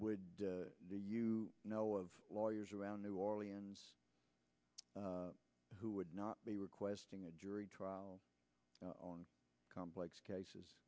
would you know of lawyers around new orleans who would not be requesting a jury trial on complex cases